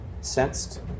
sensed